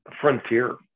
frontier